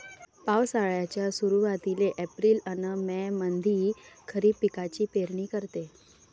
पावसाळ्याच्या सुरुवातीले एप्रिल अन मे मंधी खरीप पिकाची पेरनी करते